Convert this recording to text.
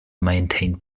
maintained